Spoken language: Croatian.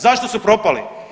Zašto su propali?